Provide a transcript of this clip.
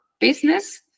business